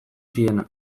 ziena